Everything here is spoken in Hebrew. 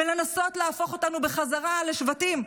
ולנסות להפוך אותנו בחזרה לשבטים.